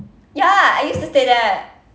ya I used to stay there